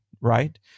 right